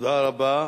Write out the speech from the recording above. תודה רבה.